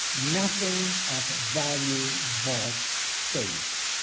nothing of value voss saved.